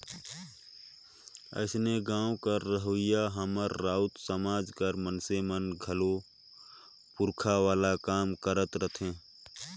अइसने गाँव कर रहोइया हमर राउत समाज कर मइनसे मन घलो पूरखा वाला काम करत रहथें